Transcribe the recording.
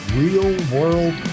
real-world